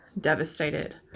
devastated